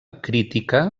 crítica